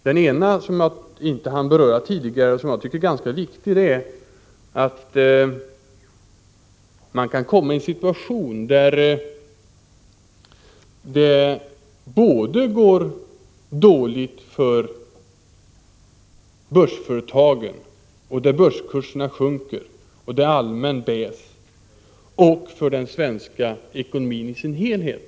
Den ena, som jag inte hann beröra förut men som jag tycker är ganska viktig, är att man kan komma i en situation där det både går dåligt för börsföretagen, så att börskurserna sjunker, och råder baisse för den svenska ekonomin i dess helhet.